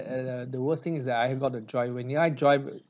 err the worst thing is that I have got to drive and when I drive